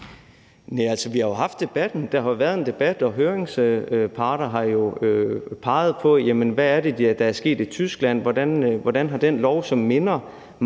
vi har jo haft debatten. Der har jo været en debat, og høringsparter har jo peget på, hvad det er, der er sket i Tyskland, og hvordan den lov, som minder –